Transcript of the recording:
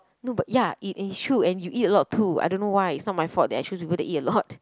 no but ya and it is true and you eat a lot too I don't know why it's not my fault that I choose to eat a lot